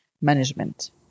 management